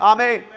Amen